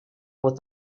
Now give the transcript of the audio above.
with